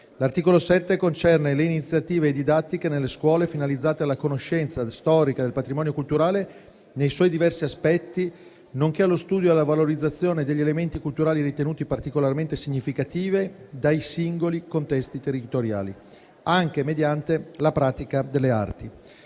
L'articolo 7 concerne le iniziative didattiche nelle scuole finalizzate alla conoscenza storica del patrimonio culturale nei suoi diversi aspetti, nonché allo studio e alla valorizzazione degli elementi culturali ritenuti particolarmente significativi dai singoli contesti territoriali, anche mediante la pratica delle arti.